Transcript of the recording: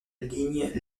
lignes